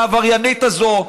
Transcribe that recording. העבריינית הזאת,